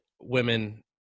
women